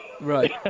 Right